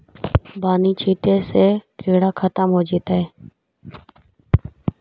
बानि छिटे से किड़ा खत्म हो जितै का?